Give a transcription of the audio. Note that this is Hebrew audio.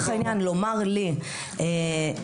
לומר לי,